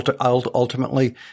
ultimately